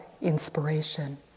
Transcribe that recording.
inspiration